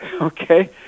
okay